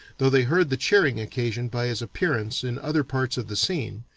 though they heard the cheering occasioned by his appearance in other parts of the scene,